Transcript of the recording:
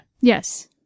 yes